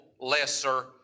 lesser